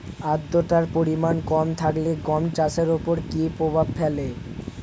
আদ্রতার পরিমাণ কম থাকলে গম চাষের ওপর কী প্রভাব ফেলে?